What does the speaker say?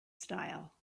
style